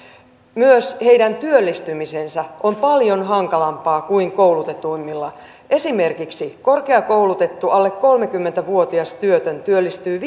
myös heidän työllistymisensä on paljon hankalampaa kuin koulutetuimmilla esimerkiksi korkeakoulutettu alle kolmekymmentä vuotias työtön työllistyy